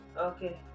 okay